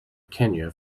kenya